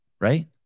right